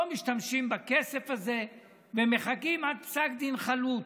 לא משתמשים בכסף הזה ומחכים עד פסק דין חלוט.